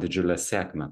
didžiulę sėkmę